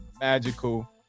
magical